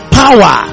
power